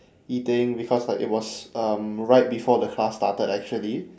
eating because like it was um right before the class started actually